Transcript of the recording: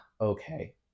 okay